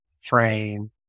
frame